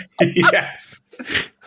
yes